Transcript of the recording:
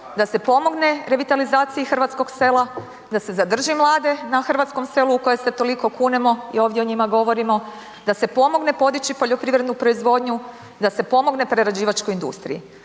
da se pomogne revitalizaciji hrvatskog sela, da se zadrži mlade na hrvatskom selu u koje se toliko kunemo i ovdje o njima govorimo, da se pomogne podići poljoprivrednu proizvodnju, da se pomogne prerađivačkoj industriji.